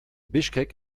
bischkek